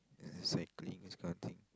cycling these kind of things